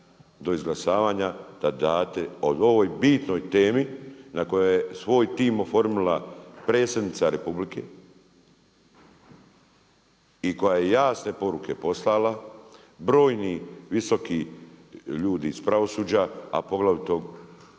do izglasavanja da date o ovoj bitnoj temi na koja je, svoj tim oformila predsjednica Republike i koja je jasne poruke poslala, brojni visoki ljudi iz pravosuđa a poglavito